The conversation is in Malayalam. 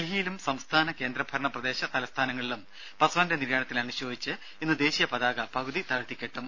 ഡൽഹിയിലും സംസ്ഥാന കേന്ദ്രഭരണ പ്രദേശ തലസ്ഥാനങ്ങളിലും പസ്വാന്റെ നിര്യാണത്തിൽ അനുശോചിച്ച് ഇന്ന് ദേശീയപതാക പകുതി താഴ്ത്തിക്കെട്ടും